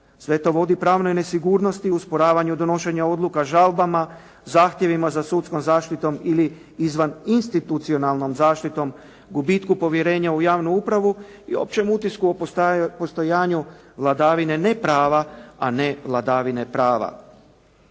Sve to vodi pravnoj nesigurnosti, usporavanju donošenja odluka žalbama, zahtjevima za sudskom zaštitom ili izvaninstitucionalnom zaštitom, gubitku povjerenja u javnu upravu i općem utisku o postojanju vladavine ne prava, a ne vladavine prava.